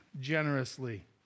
generously